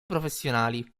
professionali